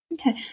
Okay